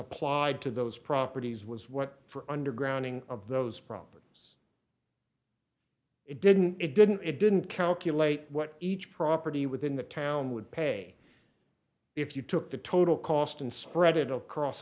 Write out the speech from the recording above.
applied to those properties was what for under grounding of those problems it didn't it didn't it didn't calculate what each property within the town would pay if you took the total cost and spread it across